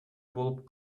болуп